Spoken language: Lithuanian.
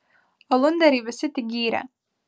alunderį visi tik gyrė